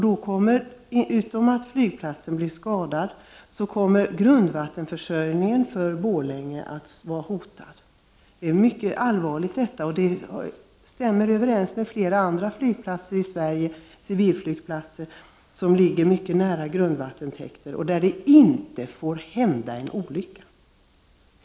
Förutom att flygplatsen kan bli skadad, kommer också grundvattenförsörjningen för Borlänge att hotas. Detta är mycket allvarligt och man kan dra paralleller med flera andra civilflygplatser i Sverige, som ligger i närheten av grundvattentäkter. Där får det helt enkelt inte hända någon olycka.